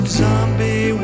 zombie